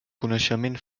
coneixement